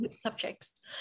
subjects